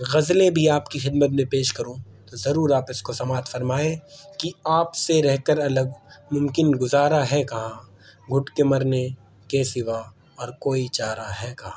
غزلیں بھی آپ کی خدمت میں پیش کروں تو ضرور آپ اس کو سماعت فرمائیں کہ آپ سے رہ کر الگ ممکن گزارا ہے کہاں گھٹ کے مرنے کے سوا اور کوئی چارہ ہے کہاں